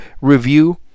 review